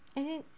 as in